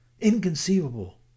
inconceivable